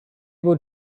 were